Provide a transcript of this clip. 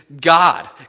God